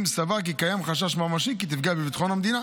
אם סבר כי קיים חשש ממשי כי תיפגע בביטחון המדינה,